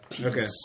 Okay